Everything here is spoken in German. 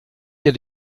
ihr